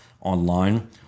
online